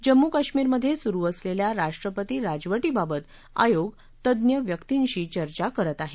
जम्मू कश्मीरमधे सुरु असलेल्या राष्ट्रपती राजवटीबाबत आयोग तज्ञ व्यक्तींशी चर्चा करत आहे